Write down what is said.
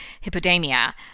Hippodamia